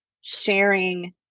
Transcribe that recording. sharing